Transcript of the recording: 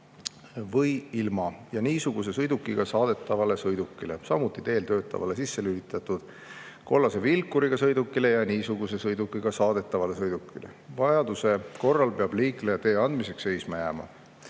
või ilma, ja niisuguse sõidukiga saadetavale sõidukile, samuti teel töötavale sisselülitatud kollase vilkuriga sõidukile ja niisuguse sõidukiga saadetavale sõidukile. Vajaduse korral peab liikleja tee andmiseks seisma jääma.